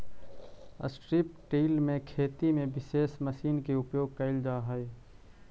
strip till में खेती में विशेष मशीन के उपयोग कैल जा हई